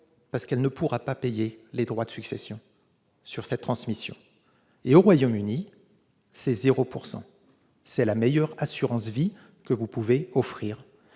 Parce qu'elle ne pourra pas payer les droits de succession afférents à cette transmission. Au Royaume-Uni, c'est 0 %! C'est la meilleure assurance vie que vous puissiez offrir